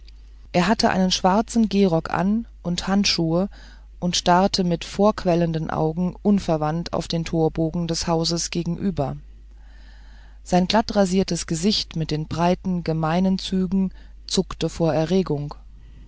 er hatte einen schwarzen gehrock an und handschuhe und starrte mit vorquellenden augen unverwandt auf den torbogen des hauses gegenüber sein glattrasiertes gesicht mit den breiten gemeinen zügen zuckte vor erregung